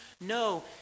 No